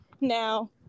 Now